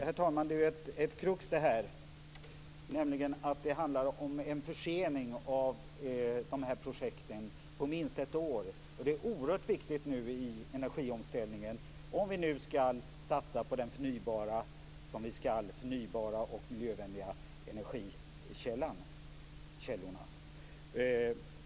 Herr talman! Det finns ett krux här. Det handlar nämligen om en försening av de här projekten på minst ett år. De är oerhört viktiga i energiomställningen, om vi nu skall, och det skall vi, satsa på de förnybara och miljövänliga energikällorna.